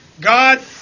God